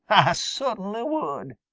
ah cert'nly would.